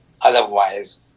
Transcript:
otherwise